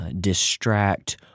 distract